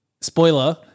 spoiler